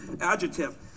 adjective